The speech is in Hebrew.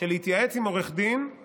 של להתייעץ עם עורך דין, אתה